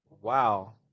Wow